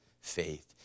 faith